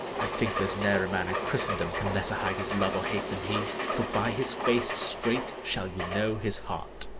i think there's ne'er a man in christendom can lesser hide his love or hate than he for by his face straight shall you know his heart.